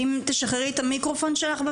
שלום לכולם.